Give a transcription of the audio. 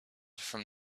from